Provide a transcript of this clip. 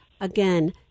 Again